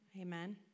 Amen